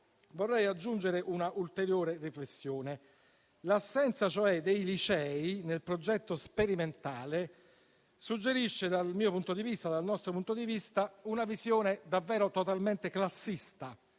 vorrei aggiungere un'ulteriore riflessione. L'assenza dei licei nel progetto sperimentale suggerisce, dal nostro punto di vista, una visione davvero totalmente classista